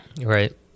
right